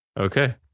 okay